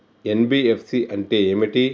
NBFC అంటే ఏమిటి?